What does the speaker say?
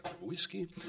whiskey